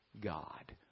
God